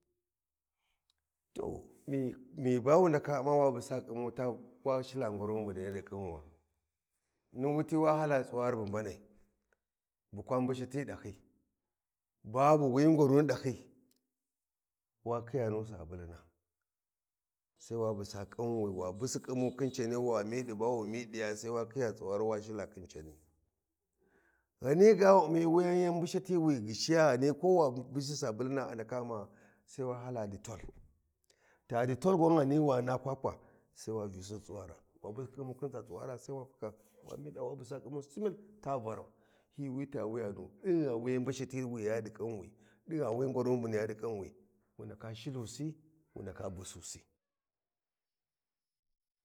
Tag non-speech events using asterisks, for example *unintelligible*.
To mi ba wu ndaka umma wa busa khimu ta was hila gwaruni bu niya di khinwa. Ni wuti wa hala tsuwari bu mbanai bukwa mbashati dahyi babu wi gwaruni dahyi wa khiya nu sabuluna sai wa bussa *noise* khinwi wa busi khimu khin cani wa midi ba wu midiya sai wa khiya tsuwari was hila khin cani *noise* Ghani ga wu ummi wuyi yan mbashati wi ghishiya Ghani ko wa busi sabulina a ndaka umma ah sai wa hala ditol ta ditol gwan Ghani wa na kwakwa sai wa vyusi di tsuwara *unintelligible* sai wa faka wa mida wa faka wa busa khimu simil ta varau hyi wi ta wuyanu din gha wi yi mbashati wi niyya di khinwi din gha wi gwaruni bu niya di khinwi wu ndaka shilusi wu ndaka *noise* bususi.